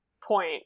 point